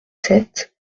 sept